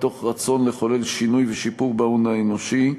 מתוך רצון לחולל שינוי ושיפור בהון האנושי.